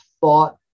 thought